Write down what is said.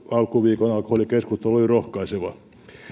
alkuviikolla oli tämä keskustelu se oli rohkaiseva on